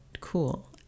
cool